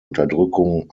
unterdrückung